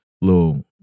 Little